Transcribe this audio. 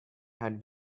had